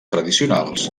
tradicionals